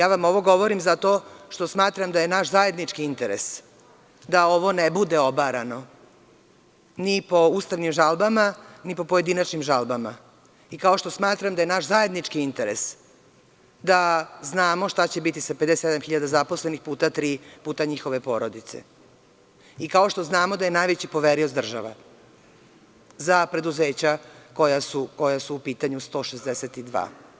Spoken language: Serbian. Ovo vam govorim zato što smatram da je naš zajednički interes da ovo ne bude obarano ni po ustavnim žalbama, ni po pojedinačnim žalbama, kao što smatram da je naš zajednički interes da znamo šta će biti sa 57.000 zaposlenih puta tri, puta njihove porodice i kao što znamo da je najveći poverilac država za preduzeća koja su u pitanju, 162.